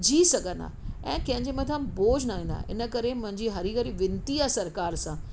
जीउ सघंदा ऐं कंहिं जे मथां बोझु न ईंदा इनकरे मुंहिंजी हरी घरी वेनिती आहे सरकारि सां